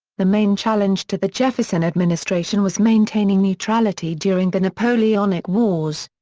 the main challenge to the jefferson administration was maintaining neutrality during the napoleonic wars.